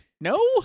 No